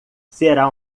será